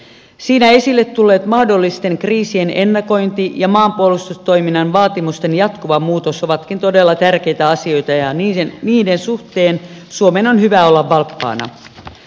siinä esille tulleet mahdollisten kriisien ennakoinnin ja maanpuolustustoiminnan vaatimusten jatkuva muutos ovatkin todella tärkeitä asioita ja niiden suhteen suomen on hyvä olla valppaana